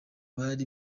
bari